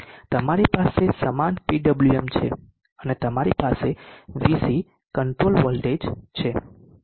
તમારી પાસે સમાન PWM છે અને તમારી પાસે VC કંટ્રોલ વોલ્ટેજ છે